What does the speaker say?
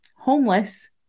homeless